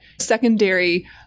secondary